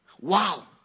Wow